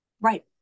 Right